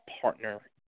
partner